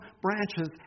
branches